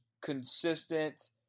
consistent